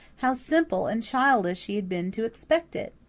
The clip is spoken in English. how simple and childish he had been to expect it!